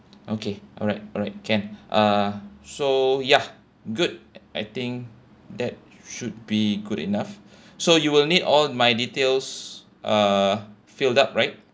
okay alright alright can uh so ya good I think that should be good enough so you will need all my details uh filled up right